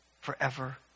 forever